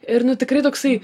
ir nu tikrai toksai